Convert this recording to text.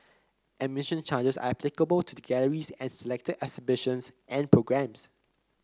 admission charges are applicable to the galleries and selected exhibitions and programmes